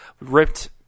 ripped